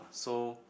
so